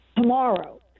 tomorrow